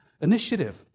initiative